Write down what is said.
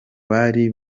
bari